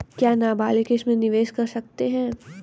क्या नाबालिग इसमें निवेश कर सकता है?